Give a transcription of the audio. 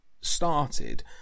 started